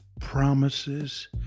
promises